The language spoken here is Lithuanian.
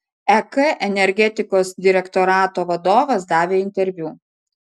ek energetikos direktorato vadovas davė interviu